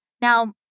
Now